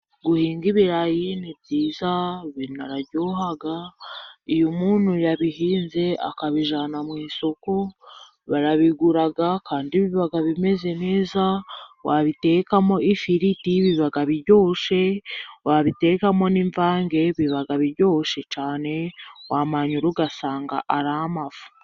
Guhinga ibirayi ni byiza biraryoha, iyo umuntu yabihinze akabijyana mu isoko barabigura kandi biba bimeze neza, wabitekamo ifiriti biba biryoshye, wabitekamo n'imvange biba biryoshe cyane, wamanyura ugasanga ari amafu.